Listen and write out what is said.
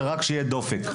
זה רק שיהיה דופק.